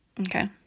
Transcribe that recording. Okay